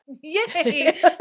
Yay